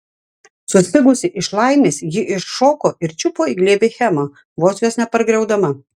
suspigusi iš laimės ji iššoko ir čiupo į glėbį hemą vos jos nepargriaudama